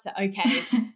Okay